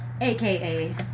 aka